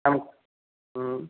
हम